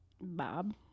Bob